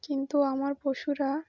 কিন্তু আমার পশুরা